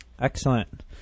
Excellent